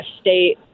state